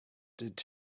did